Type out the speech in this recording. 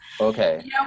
Okay